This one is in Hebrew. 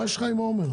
מה יש לך עם עומר?